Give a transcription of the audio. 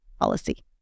policy